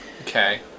Okay